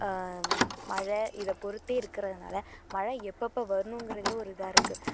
மழை இதை பொறுத்தே இருக்கிறதுனால மழை எப்பெப்போ வரணுங்கிறதே ஒரு இதாக இருக்குது